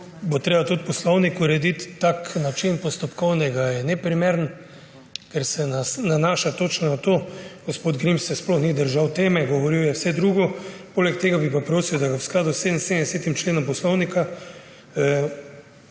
bo treba tudi poslovnik urediti. Tak način postopkovnega je neprimeren, ker se nanaša točno na to. Gospod Grims se sploh ni držal teme, govoril je vse drugo, poleg tega bi pa prosil, da mu v skladu s 77. členom Poslovnika